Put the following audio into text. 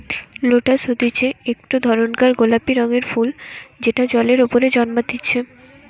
lotus হতিছে একটো ধরণকার গোলাপি রঙের ফুল যেটা জলের ওপরে জন্মতিচ্ছে